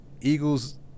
Eagles